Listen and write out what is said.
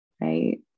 right